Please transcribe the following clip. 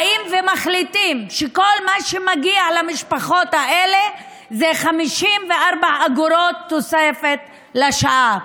באים ומחליטים שכל מה שמגיע למשפחות האלה זה 54 אגורות תוספת לשעה.